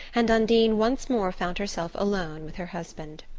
and undine once more found herself alone with her husband.